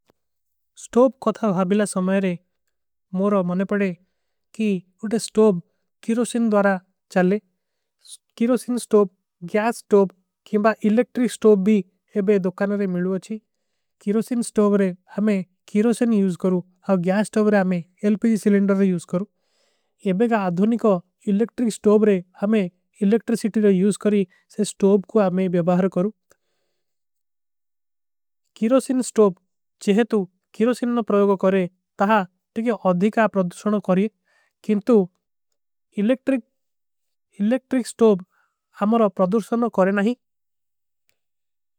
ସ୍ଟୋବ କୋଠା ଭାବିଲା ସମଯରେ ମୋରୋ ମନେ ପଡେ କି ଉଟେ ସ୍ଟୋବ। କୀରୋଶିନ ଦ୍ଵାରା ଚଲେ କୀରୋଶିନ ସ୍ଟୋବ। ଗ୍ଯାସ ସ୍ଟୋବ କେମା ଇଲେକ୍ଟ୍ରିକ ସ୍ଟୋବ ଭୀ ଇବେ ଦୁଖାନରେ ମିଲ। ଵାଚୀ କୀରୋଶିନ ସ୍ଟୋବ ଗ୍ଯାସ ସ୍ଟୋବ କେମା ଇଲେକ୍ଟ୍ରିକ ସ୍ଟୋବ। କେମା ଇବେ ଦୁଖାନରେ ମିଲ ଵାଚୀ କୀରୋଶିନ ସ୍ଟୋବ ଗ୍ଯାସ ସ୍ଟୋବ। କେମା ଇଲେକ୍ଟ୍ରିକ ସ୍ଟୋବ କେମା ଇଲେକ୍ଟ୍ରିକ ସ୍ଟୋବ କେମା ଇଲେକ୍ଟ୍ରିକ। ସ୍ଟୋବ କେମା ଇଲେକ୍ଟ୍ରିକ ସ୍ଟୋବ କେମା ଇଲେକ୍ଟ୍ରିକ ସ୍ଟୋବ କେମା। ଇଲେକ୍ଟ୍ରିକ ସ୍ଟୋବ କେମା ଇଲେକ୍ଟ୍ରିକ ସ୍ଟୋବ କେମା ଇଲେକ୍ଟ୍ରିକ।